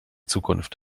zukunft